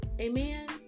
Amen